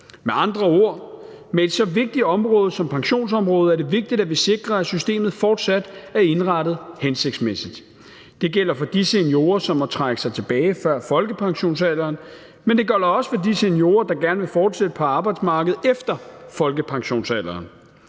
Med andre ord: Med et så vigtigt område som pensionsområdet er det vigtigt, at vi sikrer, at systemet fortsat er indrettet hensigtsmæssigt. Det gælder for de seniorer, som må trække sig tilbage før folkepensionsalderen, men det gør det også for de seniorer, der gerne vil fortsætte på arbejdsmarkedet efter folkepensionsalderen.